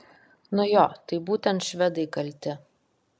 nu jo tai būtent švedai kalti